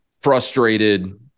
frustrated